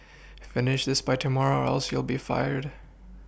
finish this by tomorrow or else you'll be fired